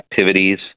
activities